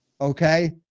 okay